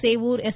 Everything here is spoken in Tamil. சேவூர் எஸ்